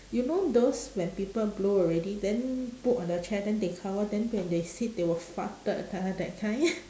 you know those when people blow already then put on the chair then they cover then when they sit they will farted ah that kind